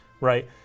Right